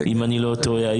אם אני לא טועה,